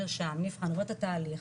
נרשם נבחן הוא רואה את התהליך,